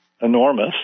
enormous